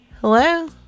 Hello